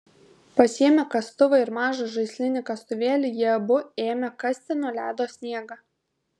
pasiėmę kastuvą ir mažą žaislinį kastuvėlį jie abu ėmė kasti nuo ledo sniegą